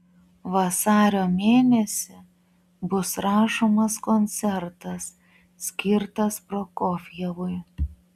vasario mėnesį bus rašomas koncertas skirtas prokofjevui